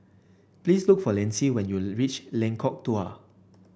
please look for Lynsey when you reach Lengkok Dua